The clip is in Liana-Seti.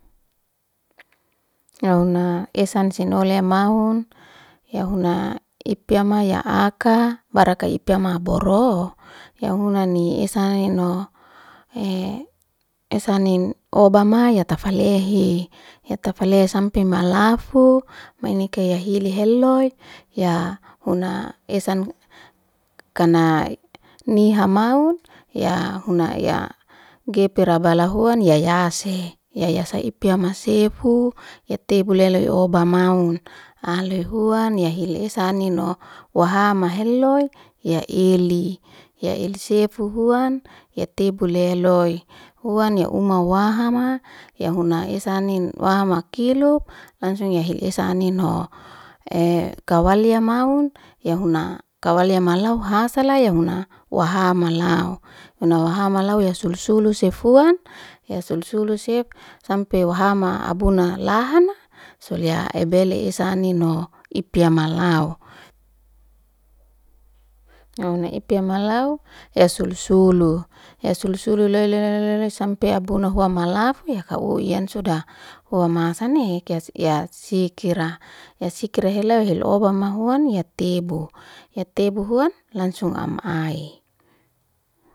Ya huna esan sinole maun, ya huna ipyama ya aka baraka ipyama boro. Ya hunani esanino he esanin obama ya tafalehi, tafalehi sampi malafu mainike ya hili heloi ya huna esan kana niha maum ya huna ya gepe rabala hua ya yase. Ya yaya ipyama sefu ya tabeleloi obama un, ahloi hua ya hile esan ino waham heloi ya eli. Ya eli sefu huan ya tabuleloi huan ya uma waham ya huna esan ino wahama kilu langsungi ya hile esan ino kawalia maun ya huna kawalia malawu hasala ya huna waham lawu huna wahama lawu ya sululusef hua ya sululusef sampi waham abuna lahan sulia ebeli esan ino ipyama lawu, ya ipyama lawu ya suluhulululu ya suhulululu ya sampi abuna hua malafu ya ka u soda hue maasani. Kias eyas sikira, ya sikira heloi. Heloi ubama huan, ya tebu. Ya tebu huan langsung am ai.